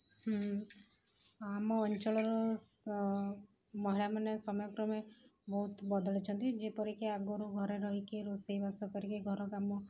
ଆମ ଅଞ୍ଚଳର ମହିଳାମାନେ ସମୟ କ୍ରମେ ବହୁତ ବଦଳିଛନ୍ତି ଯେପରିକି ଆଗରୁ ଘରେ ରହିକି ରୋଷେଇବାସ କରିକି ଘର କାମ